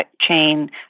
chain